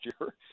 year